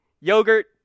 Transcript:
Yogurt